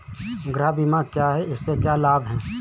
गृह बीमा क्या है इसके क्या लाभ हैं?